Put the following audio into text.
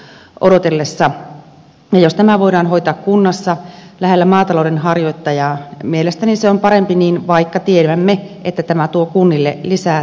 ja jos tämä voidaan hoitaa kunnassa lähellä maatalouden harjoittajaa mielestäni se on parempi niin vaikka tiedämme että tämä tuo kunnille lisää tehtäviä